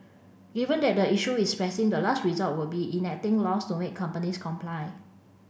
given that the issue is pressing the last resort would be enacting laws to make companies comply